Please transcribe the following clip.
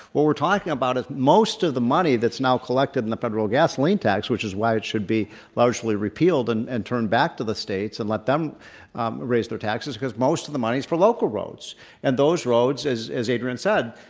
what we're talking about is ah most of the money that's now collected in the federal gasoline tax which is why it should be largely repealed and and turned back to the states and let them raise their taxes because most of the money is for local roads and those roads, as as adrian said,